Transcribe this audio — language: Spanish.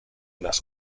las